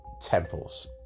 temples